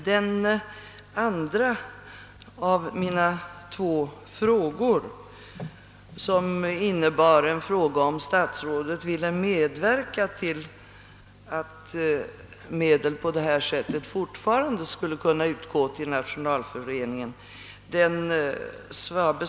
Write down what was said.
Den andra av mina två interpellationsfrågor gällde om statsrådet ville medverka till att medel på detta sätt fortfarande skall kunna utgå till Nationalföreningen.